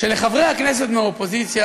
שלחברי הכנסת מהאופוזיציה,